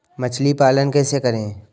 मछली पालन कैसे करें?